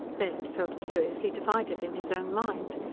baird felt curiously divided in his own mind.